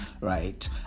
Right